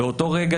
ברגע